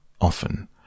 Often